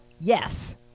Yes